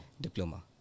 diploma